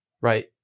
right